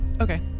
Okay